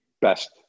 best